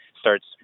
starts